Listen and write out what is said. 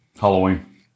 Halloween